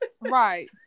Right